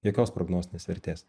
jokios prognostinės vertės